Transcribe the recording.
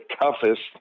toughest